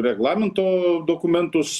reglamento dokumentus